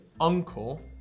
uncle